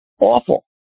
Awful